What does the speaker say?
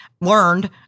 learned